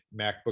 MacBook